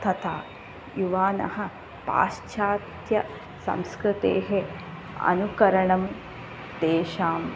तथा युवानः पाश्चात्यसंस्कृतेः अनुकरणं तेषां